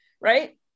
right